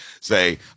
say